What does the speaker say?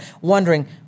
wondering